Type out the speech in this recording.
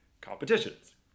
competitions